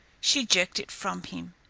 she jerked it from him.